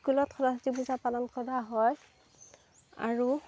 স্কুলত সৰস্বতী পূজা পালন কৰা হয় আৰু